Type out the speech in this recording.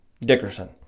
Dickerson